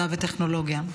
מדע וטכנולוגיה.